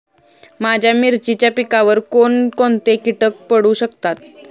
माझ्या मिरचीच्या पिकावर कोण कोणते कीटक पडू शकतात?